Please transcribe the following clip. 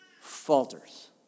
falters